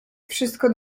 wszystko